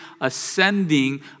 ascending